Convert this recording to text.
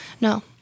No